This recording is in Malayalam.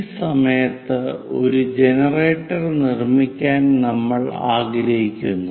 ഈ സമയത്ത് ഒരു ജനറേറ്റർ നിർമ്മിക്കാൻ നമ്മൾ ആഗ്രഹിക്കുന്നു